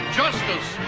justice